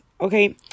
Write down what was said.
okay